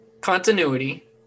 continuity